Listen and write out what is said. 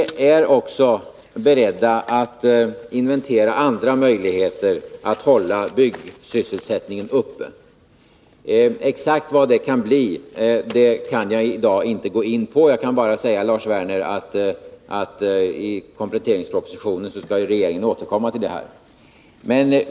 Vi är också beredda att inventera andra möjligheter att hålla byggsysselsättningen uppe. Exakt vad det kan bli kan jag inte i dag gå in på. Jag kan bara säga till Lars Werner att regeringen skall återkomma till det i kompletteringspropositionen.